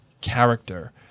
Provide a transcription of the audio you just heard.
character